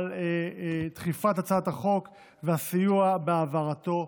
על דחיפת הצעת החוק והסיוע בהעברתו.